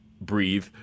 breathe